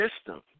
system